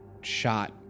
shot